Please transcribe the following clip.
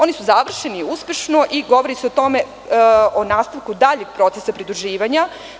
Oni su završeni uspešno i govori se o nastavku daljeg proces pridruživanja.